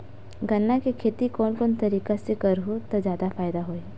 गन्ना के खेती कोन कोन तरीका ले करहु त जादा उपजाऊ होही?